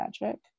magic